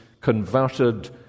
converted